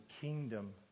kingdom